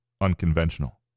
unconventional